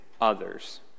others